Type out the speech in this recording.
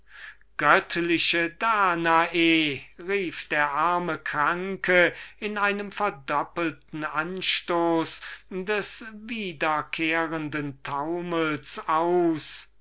göttliche danae rief der arme kranke in einem verdoppelten anstoß des wiederkehrenden taumels aus